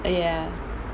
ya